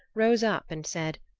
rose up and said,